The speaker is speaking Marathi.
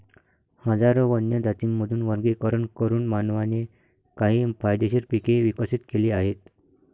हजारो वन्य जातींमधून वर्गीकरण करून मानवाने काही फायदेशीर पिके विकसित केली आहेत